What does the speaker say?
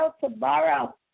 tomorrow